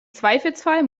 zweifelsfall